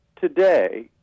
Today